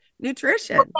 Nutrition